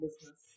business